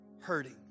hurting